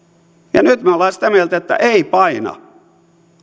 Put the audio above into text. ja nyt me olemme sitä mieltä että ei paina